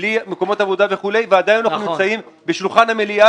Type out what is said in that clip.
בלי מקומות עבודה וכולי ועדיין אנחנו נמצאים בשולחן המליאה